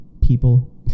people